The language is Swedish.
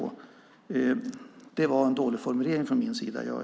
Jag inser att det var en dålig formulering från min sida.